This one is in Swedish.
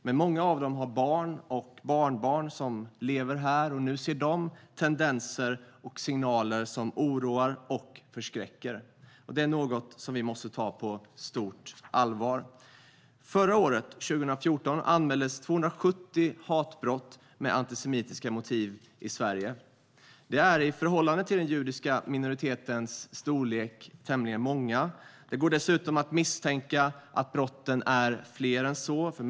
Men många av dem har barn och barnbarn som lever här, och nu ser de tendenser och signaler som oroar och förskräcker. Det är något som vi måste ta på stort allvar. Förra året, 2014, anmäldes 270 hatbrott med antisemitiska motiv i Sverige. Det är i förhållande till den judiska minoritetens storlek tämligen många. Det går dessutom att misstänka att brotten är fler än så.